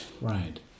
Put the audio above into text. right